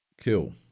Kill